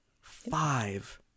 five